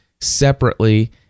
separately